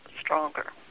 stronger